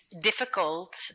difficult